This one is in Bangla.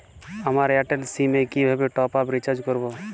আমার এয়ারটেল সিম এ কিভাবে টপ আপ রিচার্জ করবো?